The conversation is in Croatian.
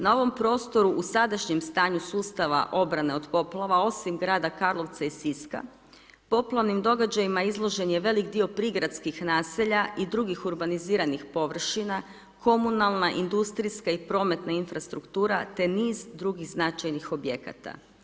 Na ovom prostoru u sadašnjem stanju sustava obrane od poplave, osim grada Karlovca i Siska, poplavnim događajima izložen je veliki dio prigradskih naselja i drugih urbaniziranih površina, komunalna, industrijska i prometna infrastruktura, te niz drugih značajnih objekata.